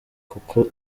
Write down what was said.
kuko